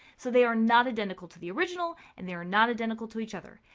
so they are not identical to the original and they are not identical to each other,